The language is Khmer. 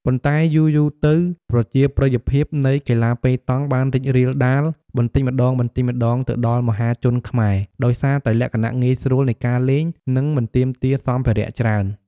ប៉ុន្តែយូរៗទៅ ប្រជាប្រិយភាពនៃកីឡាប៉េតង់បានរីករាលដាលបន្តិចម្តងៗទៅដល់មហាជនខ្មែរ ដោយសារតែលក្ខណៈងាយស្រួលនៃការលេង និងមិនទាមទារសម្ភារៈច្រើន។